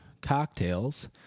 cocktails